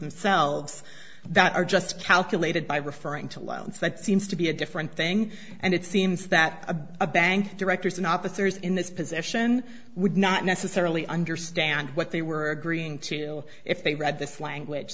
themselves that are just calculated by referring to loans that seems to be a different thing and it seems that a bank directors and officers in this position would not necessarily understand what they were agreeing to if they read this language